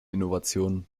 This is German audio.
innovation